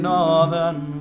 Northern